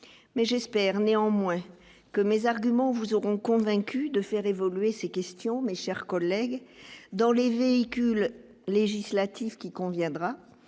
mais j'espère néanmoins que mes arguments vous auront convaincu de faire évoluer ces questions mais chers collègues dans les véhicules législatifs qui conviendra